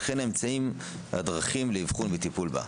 וכן האמצעים והדרכים לאבחון וטיפול בה.